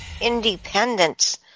Independence